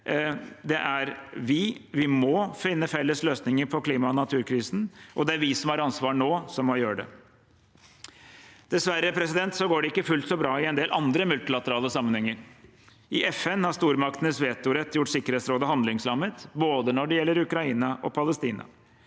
Vi må finne løsninger på klima- og naturkrisen, og det er vi som har ansvar nå, som må gjøre det. Dessverre går det ikke fullt så bra i en del andre multilaterale sammenhenger. I FN har stormaktenes vetorett gjort Sikkerhetsrådet handlingslammet når det gjelder både Ukraina og Palestina,